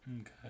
Okay